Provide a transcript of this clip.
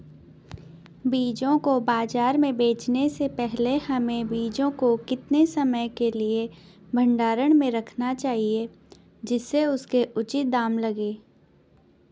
बीजों को बाज़ार में बेचने से पहले हमें बीजों को कितने समय के लिए भंडारण में रखना चाहिए जिससे उसके उचित दाम लगें?